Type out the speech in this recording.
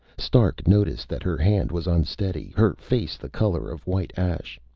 stark noticed that her hand was unsteady, her face the colour of white ash.